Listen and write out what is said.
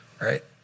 right